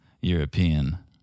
European